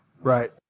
Right